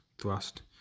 thrust